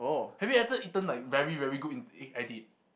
have you ate eaten like very very good Ind~ eh I did